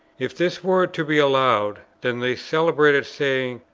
if this were to be allowed, then the celebrated saying,